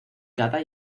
cada